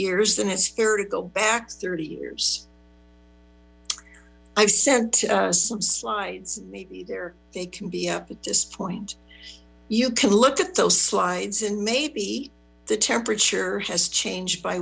years then it's fair to go back thirty years i've sent some slides maybe there they can be up at this point you can look at those slides and maybe the temperature has changed by